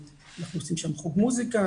אנחנו עושים שם חוג מוסיקה.